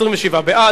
התשע"ב 2011,